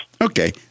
Okay